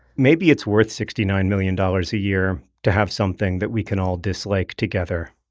maybe it's worth sixty nine million dollars a year to have something that we can all dislike together.